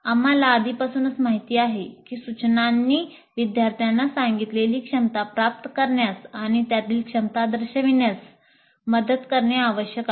आम्हाला आधीपासूनच माहित आहे की सूचनांनी विद्यार्थ्यांना सांगितलेली क्षमता प्राप्त करण्यास आणि त्यातील क्षमता दर्शविण्यास मदत करणे आवश्यक आहे